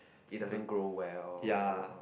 it doesn't grow well on